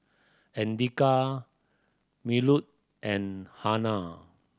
Andika Melur and Hana